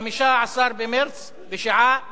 15 במרס, בשעה